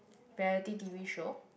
reality t_v show